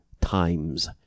times